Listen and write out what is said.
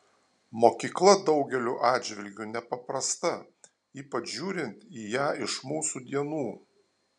mokykla daugeliu atžvilgiu nepaprasta ypač žiūrint į ją iš mūsų dienų